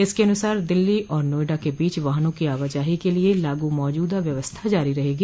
इसके अनुसार दिल्ली और नोएडा के बीच वाहनों की आवाजाही के लिए लागू मौजूदा व्यवस्था जारी रहेगी